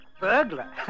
Burglar